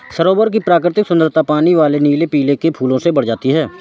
सरोवर की प्राकृतिक सुंदरता पानी वाले नीले लिली के फूल से बढ़ जाती है